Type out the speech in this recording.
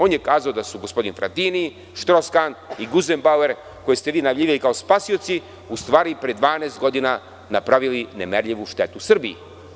On je kazao da su Fratini, Štroskan, Guzen Bauer, koje ste najavljivali kao spasioce, u stvari pre 12 godina napravili nemerljivu štetu Srbiji.